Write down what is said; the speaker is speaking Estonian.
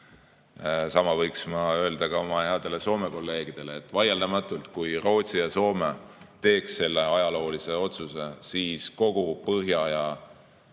Sama võiks ma öelda ka oma headele Soome kolleegidele. Vaieldamatult, kui Rootsi ja Soome teeks selle ajaloolise otsuse, siis kogu Põhja-Euroopa